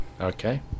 Okay